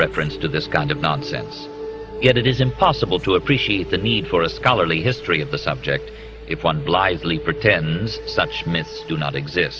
reference to this kind of nonsense it is impossible to appreciate the need for a scholarly history of the subject if one blithely pretends such myths do not exist